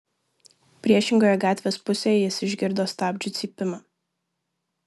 priešingoje gatvės pusėje jis išgirdo stabdžių cypimą